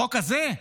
החוק הזה,